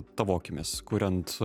tavo akimis kuriant